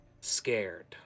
scared